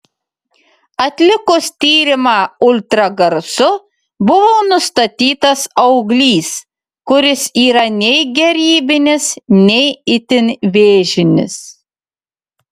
atlikus tyrimą ultragarsu buvo nustatytas auglys kuris yra nei gerybinis nei itin vėžinis